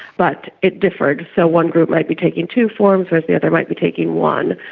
but it differed. so one group might be taking two forms, whereas the other might be taking one.